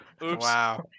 wow